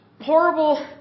horrible